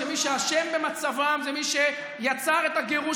מי שאשם במצבם הוא מי שיצר את הגירוש